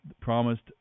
promised